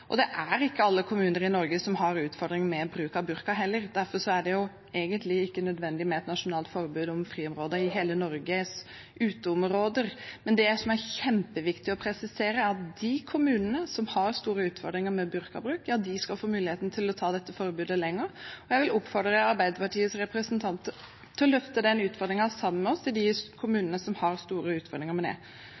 Det er heller ikke alle kommuner i Norge som har utfordringer med bruk av burka, derfor er det egentlig ikke nødvendig med et nasjonalt forbud i friområder i uteområdene i hele Norge. Men det som er kjempeviktig å presisere, er at de kommunene som har store utfordringer med burkabruk, skal få muligheten til å ta dette forbudet lenger. Jeg vil oppfordre Arbeiderpartiets representanter til å løfte dette sammen med oss i de kommunene som har store utfordringer med det.